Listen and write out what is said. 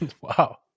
wow